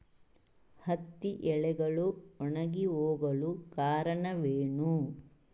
ಹತ್ತಿ ಎಲೆಗಳು ಒಣಗಿ ಹೋಗಲು ಕಾರಣವೇನು?